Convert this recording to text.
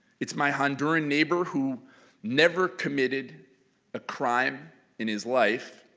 it's my honduran neighbor who never committed a crime in his life,